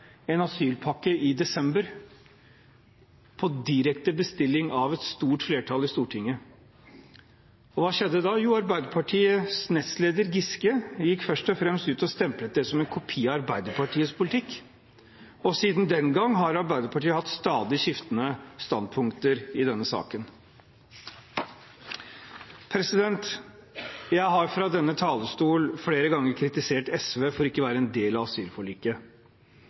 en asylpakke i desember på direkte bestilling fra et stort flertall i Stortinget. Hva skjedde da? Jo, Arbeiderpartiets nestleder Giske gikk ut og stemplet det som en kopi av Arbeiderpartiets politikk. Siden den gang har Arbeiderpartiet hatt stadig skiftende standpunkter i denne saken. Jeg har fra denne talerstolen flere ganger kritisert SV for ikke å være en del av asylforliket.